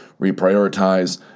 reprioritize